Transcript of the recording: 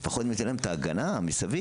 לפחות ניתן להם את ההגנה מסביב.